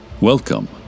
Welcome